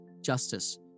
justice